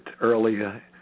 earlier